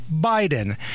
Biden